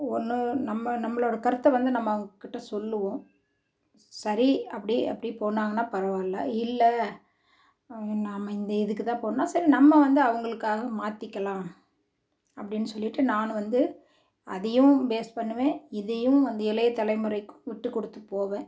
ஒன்று நம்ம நம்மளோடய கருத்தை வந்து நம்ம அவங்கக்கிட்ட சொல்லுவோம் சரி அப்படி அப்படி போனாங்கன்னா பரவாயில்ல இல்லை நாம் இந்த இதுக்கு தான் போகணுன்னா சரி நம்ம வந்து அவர்களுக்காக மாற்றிக்கலாம் அப்படின்னு சொல்லிட்டு நான் வந்து அதையும் பேஸ் பண்ணுவேன் இதையும் அந்த இளையத் தலைமுறைக்கும் விட்டுக் கொடுத்து போவேன்